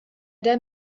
der